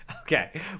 Okay